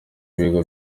ibigo